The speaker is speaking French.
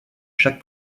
chaque